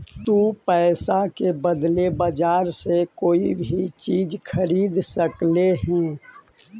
तु पईसा के बदले बजार से कोई भी चीज खरीद सकले हें